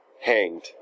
Hanged